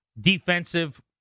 defensive